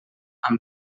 amb